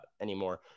anymore